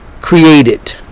created